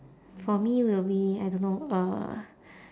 for me will be I don't know uh